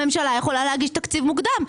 הממשלה יכולה להגיש תקציב מוקדם.